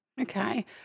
Okay